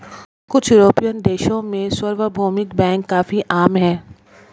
कुछ युरोपियन देशों में सार्वभौमिक बैंक काफी आम हैं